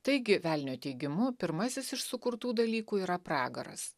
taigi velnio teigimu pirmasis iš sukurtų dalykų yra pragaras